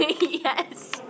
Yes